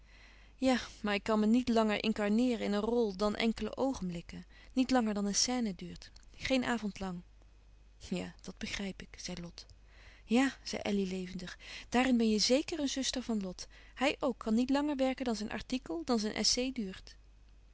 ja maar ik kan me niet langer incarneeren in een rol dan enkele oogenblikken niet langer dan een scène duurt geen avond lang ja dat begrijp ik zei lot ja zei elly levendig daarin ben je zeker een zuster van lot hij ook kan niet langer werken dan zijn artikel dan zijn essai duurt